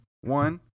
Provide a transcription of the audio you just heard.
one